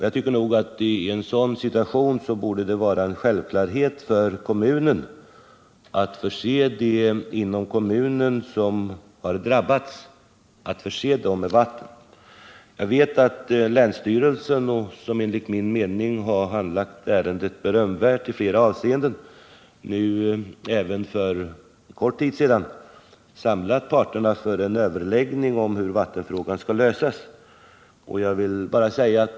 Jag tycker nog att det i en sådan situation borde vara en självklarhet för kommunen att förse dem inom kommunen som har drabbats med vatten. Jag vet att länsstyrelsen, som enligt min mening har handlagt ärendet berömvärt i flera avseenden, för kort tid sedan har samlat parterna för en överläggning om hur vattenfrågan skall lösas.